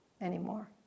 anymore